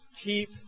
Keep